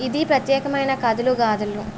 ఇది ప్రత్యేకమైన కథలు గాధలు